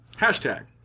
Hashtag